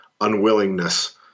unwillingness